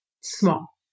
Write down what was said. small